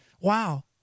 Wow